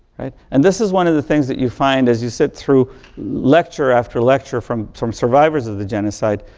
right. and this is one of the things that you find as you sit through lecture after lecture from from survivors of the genocide.